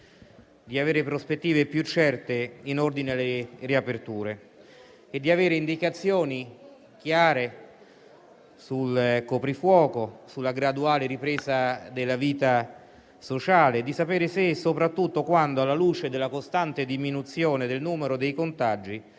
di avere prospettive più certe in ordine alle riaperture, di avere indicazioni chiare sul coprifuoco e sulla graduale ripresa della vita sociale e di sapere se e soprattutto quando, alla luce della costante diminuzione del numero dei contagi,